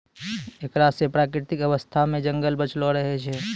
एकरा से प्राकृतिक अवस्था मे जंगल बचलो रहै छै